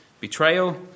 betrayal